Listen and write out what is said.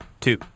two